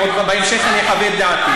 אני בהמשך אחווה את דעתי.